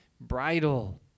bridle